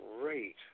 great